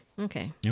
Okay